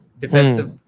defensive